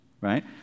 right